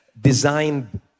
Designed